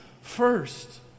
first